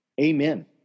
Amen